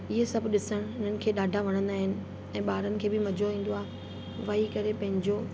इहे सभु ॾिसण उन्हनि खे ॾाढा वणंदा आहिनि ऐं ॿारनि खे बि मज़ो ईंदो आहे वेई करे पंहिंजो